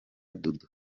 dudu